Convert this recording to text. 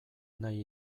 nahi